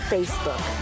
Facebook